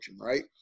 right